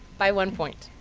by one point.